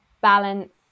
balance